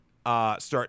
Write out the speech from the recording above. Start